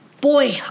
Boy